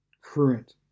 current